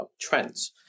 trends